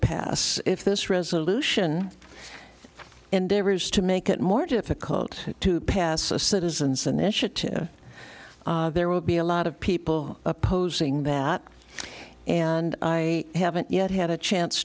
pass if this resolution endeavors to make it more difficult to pass a citizens an initiative there will be a lot of people opposing that and i haven't yet had a chance